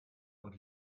und